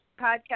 podcast